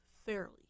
Fairly